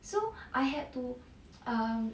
so I had to um